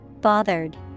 Bothered